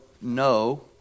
no